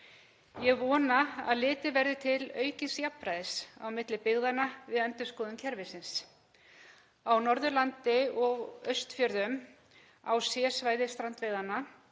Ég vona að litið verði til aukins jafnræðis á milli byggðanna við endurskoðun kerfisins. Á Norðurlandi og Austfjörðum, C-svæði strandveiðanna,